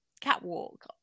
catwalk